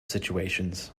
situations